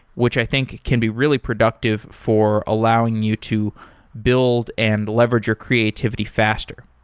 which i think can be really productive for allowing you to build and leverage your creativity faster.